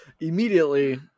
immediately